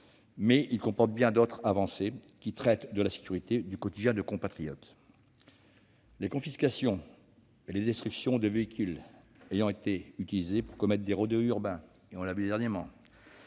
mais celui-ci comporte bien d'autres avancées, portant sur la sécurité au quotidien de nos compatriotes. Les confiscations et les destructions de véhicules ayant été utilisés pour commettre des rodéos urbains, dont on entend régulièrement